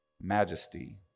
majesty